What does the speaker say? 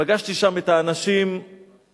פגשתי שם את האנשים המדוכאים.